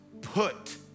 put